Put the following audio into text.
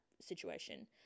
situation